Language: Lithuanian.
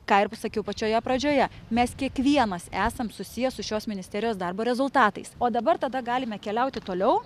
ką ir pasakiau pačioje pradžioje mes kiekvienas esam susiję su šios ministerijos darbo rezultatais o dabar tada galime keliauti toliau